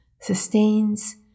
sustains